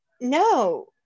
No